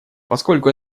поскольку